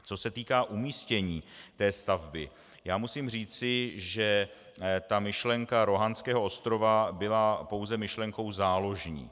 Co se týká umístění stavby, musím říci, že myšlenka Rohanského ostrova byla pouze myšlenkou záložní.